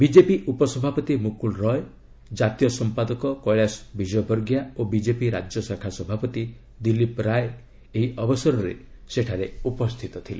BJP ଉପସଭାପତି ମୁକୁଲ୍ ରାୟ ଜାତୀୟ ସମ୍ପାଦକ କୈଳାସ ବିଜୟବର୍ଗିୟା ଓ ବିଜେପି ରାଜ୍ୟଶାଖା ସଭାପତି ଦିଲୀପ ରାୟ ଏହି ଅବସରରେ ସେଠାରେ ଉପସ୍ଥିତ ଥିଲେ